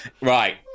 Right